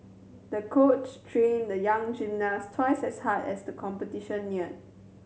the coach trained the young gymnast twice as hard as the competition neared